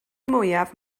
mwyaf